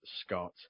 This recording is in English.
Scott